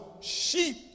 sheep